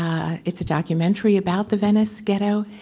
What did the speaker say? it's a documentary about the venice ghetto.